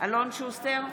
אלון שוסטר,